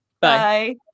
bye